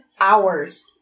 hours